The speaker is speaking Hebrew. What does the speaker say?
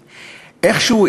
איכשהו,